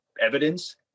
evidence